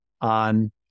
on